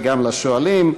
וגם לשואלים.